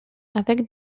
avec